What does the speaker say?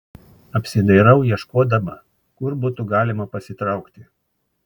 apsidairau ieškodama kur būtų galima pasitraukti